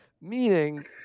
Meaning